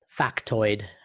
factoid